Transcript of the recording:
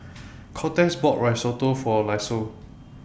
Cortez bought Risotto For Lisle